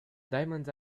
diamonds